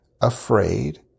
afraid